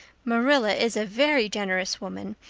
marilla is a very generous woman.